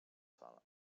sala